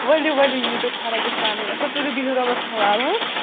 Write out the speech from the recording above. ؤلِو ؤلِو ییو تُہۍ فرٕق گژھِ پانَے اَچھا تُلِو بِہِو رۄبَس حَوالہٕ ہٕنٛہ